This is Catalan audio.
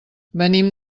venim